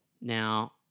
Now